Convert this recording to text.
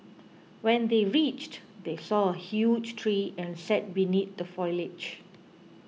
when they reached they saw a huge tree and sat beneath the foliage